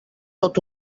tot